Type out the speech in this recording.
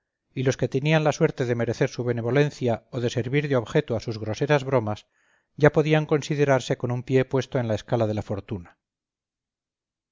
y los que tenían la suerte de merecer su benevolencia o de servir de objeto a sus groseras bromas ya podían considerarse con un pie puesto en la escala de la fortuna